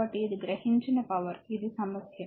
కాబట్టి ఇది గ్రహించిన పవర్ ఇది సమస్య